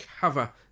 cover